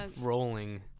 rolling